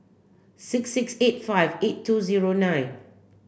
six six eight five eight two zero nine